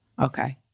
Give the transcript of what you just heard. Okay